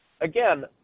again